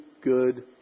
good